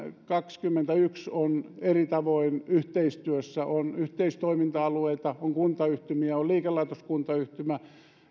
kaksikymmentäyksi kuntaa on eri tavoin yhteistyössä on yhteistoiminta alueita on kuntayhtymiä on liikelaitoskuntayhtymä